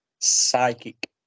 Psychic